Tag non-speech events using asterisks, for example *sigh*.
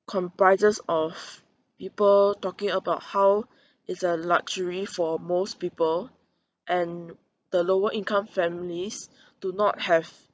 comprises of people talking about how it's a luxury for most people and the lower income families *breath* do not have